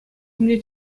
умне